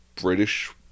british